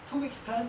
two weeks time